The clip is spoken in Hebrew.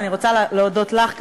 ואני רוצה להודות לך,